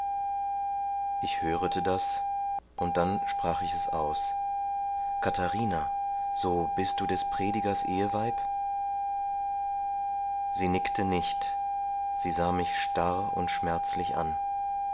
ich hörete das und dann sprach ich es aus katharina so bist du des predigers eheweib sie nickte nicht sie sah mich starr und schmerzlich an